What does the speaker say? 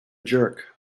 jerk